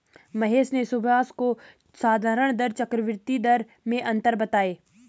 महेश ने सुभाष को साधारण दर चक्रवर्ती दर में अंतर बताएं